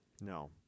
No